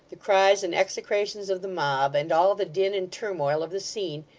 the cries and execrations of the mob, and all the din and turmoil of the scene,